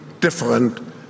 different